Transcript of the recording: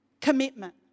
commitment